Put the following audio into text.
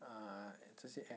ah 这些 app